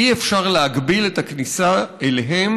אי-אפשר להגביל את הכניסה אליהם